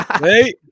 Hey